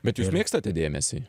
bet jūs mėgstate dėmesį